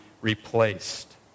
replaced